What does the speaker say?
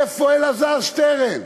איפה אלעזר שטרן?